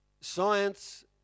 science